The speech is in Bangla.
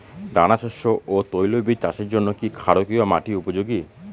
দানাশস্য ও তৈলবীজ চাষের জন্য কি ক্ষারকীয় মাটি উপযোগী?